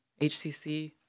HCC